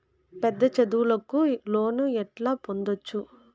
పెద్ద చదువులకు లోను ఎట్లా పొందొచ్చు